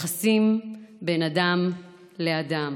יחסים בין אדם לאדם.